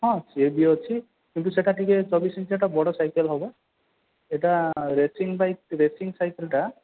ହଁ ସିଏ ବି ଅଛି କିନ୍ତୁ ସେଟା ଟିକିଏ ଚବିଶ ଇଞ୍ଚିଆଟା ବଡ଼ ସାଇକେଲ ହେବ ଏଇଟା ରେସିଂ ବାଇକ୍ ରେସିଂ ସାଇକେଲଟା